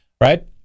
right